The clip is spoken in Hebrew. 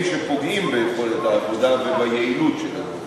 שפוגעים ביכולת העבודה וביעילות שלה.